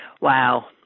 Wow